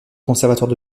conservatoire